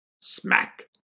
Smack